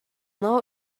know